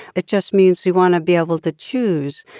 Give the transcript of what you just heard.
it just means you want to be able to choose,